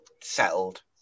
settled